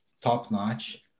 top-notch